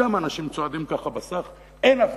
שם אנשים צועדים ככה בסך ואין הפגנות.